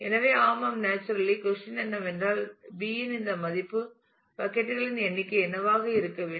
எனவே ஆமாம் naturally question என்னவென்றால் B இன் இந்த மதிப்பு பக்கட் களின் எண்ணிக்கை என்னவாக இருக்க வேண்டும்